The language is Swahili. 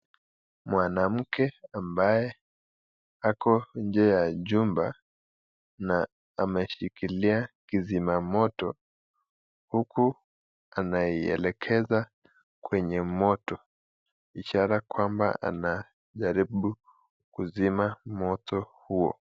Mwanamke ambaye ako nje ya jumba na ameshikilia kizima moto huku anaielekeza kwenye moto , ishaea kwamba anataka kuzima moto huo.